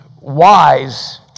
wise